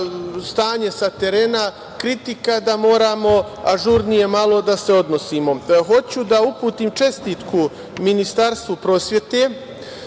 stanje sa terena, kritika da moramo ažurnije malo da se odnosimo. Hoću da uputim čestitku Ministarstvu prosvete,